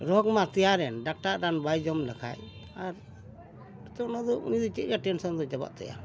ᱨᱳᱜᱽ ᱢᱟ ᱛᱮᱭᱟᱨᱮᱱ ᱰᱟᱠᱛᱟᱨ ᱨᱟᱱ ᱵᱟᱭ ᱡᱚᱢ ᱞᱮᱠᱷᱟᱱ ᱟᱨ ᱱᱤᱛᱚᱜ ᱚᱱᱟ ᱫᱚ ᱪᱮᱫᱟᱜ ᱴᱮᱱᱥᱚᱱ ᱫᱚ ᱪᱟᱵᱟᱜ ᱛᱟᱭᱟ